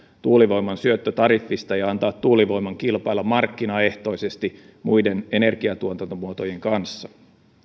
tuulivoiman syöttötariffista ja antaa tuulivoiman kilpailla markkinaehtoisesti muiden energiatuotantomuotojen kanssa